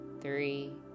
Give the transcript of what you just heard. three